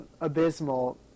abysmal